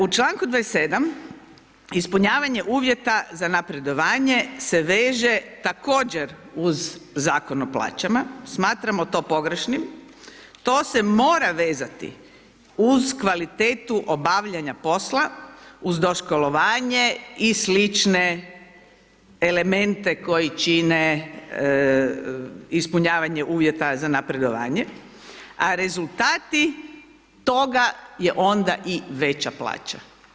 U članku 27. ispunjavanje uvjeta za napredovanje se veže također uz Zakon o plaćama, smatramo to pogrešnim, to se mora rezati uz kvalitetu obavljanja posla, uz doškolovanje i slične elemente koji čine ispunjavanje uvjeta za napredovanje, a rezultati toga je onda i veća plaća.